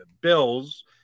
Bills